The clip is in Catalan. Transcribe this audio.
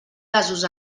gasos